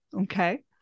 Okay